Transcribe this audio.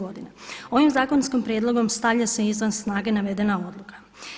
Ovim zakonskim prijedlogom stavlja se izvan snage navedena odluka.